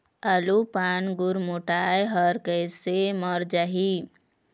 आलू पान गुरमुटाए हर कइसे मर जाही?